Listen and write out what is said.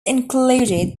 included